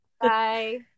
bye